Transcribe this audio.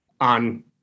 on